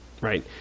right